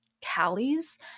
tallies